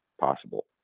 possible